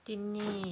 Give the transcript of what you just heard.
তিনি